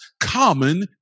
common